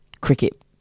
cricket